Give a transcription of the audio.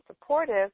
supportive